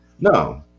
No